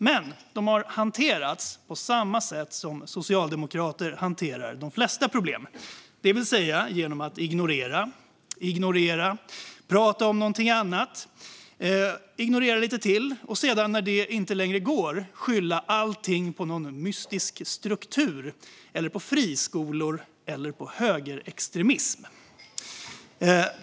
Men Socialdemokraterna har hanterat dem på samma sätt som de hanterar de flesta problem, det vill säga genom att ignorera, ignorera, prata om något annat, ignorera lite till och sedan, när det inte längre går, skylla allt på någon mystisk struktur eller på friskolor eller på högerextremism.